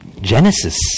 Genesis